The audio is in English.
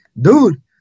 Dude